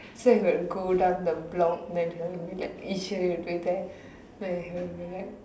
so if I go down the block then Eswari will be there then he'll be like